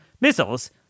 missiles